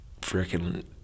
freaking